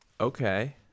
Okay